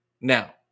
Now